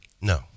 No